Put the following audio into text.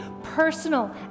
personal